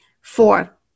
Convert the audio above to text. Four